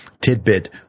tidbit